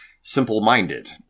simple-minded